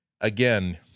again